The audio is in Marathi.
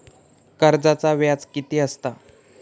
कर्जाचा व्याज कीती असता?